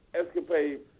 escapade